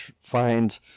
find